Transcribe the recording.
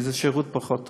כי זה שירות פחות טוב.